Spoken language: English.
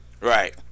Right